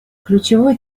ключевой